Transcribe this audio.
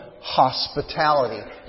hospitality